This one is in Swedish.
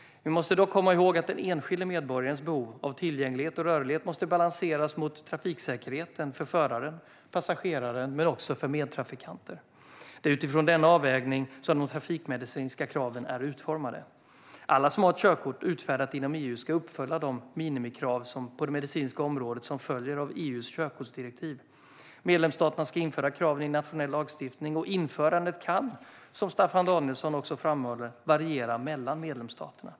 Vi måste dock komma ihåg att den enskilde medborgarens behov av tillgänglighet och rörlighet måste balanseras mot trafiksäkerheten för föraren, passagerare och medtrafikanter. Det är utifrån denna avvägning som de trafikmedicinska kraven är utformade. Alla som har ett körkort utfärdat inom EU ska uppfylla de minimikrav på det medicinska området som följer av EU:s körkortsdirektiv. Medlemsstaterna ska införa kraven i nationell lagstiftning, och införandet kan - som Staffan Danielsson också framhåller - variera mellan medlemsstaterna.